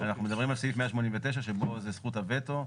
אנחנו מדברים על סעיף 189 שבו זה זכות הוטו.